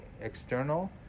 external